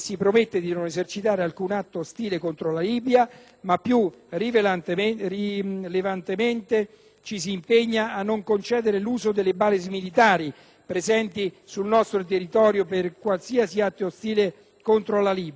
ci si impegna a non concedere l'uso delle basi militari presenti sul nostro territorio per qualsiasi atto ostile contro la Libia, si basa infatti su ciò che il diritto internazionale sancisce, non su fobie o